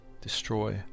destroy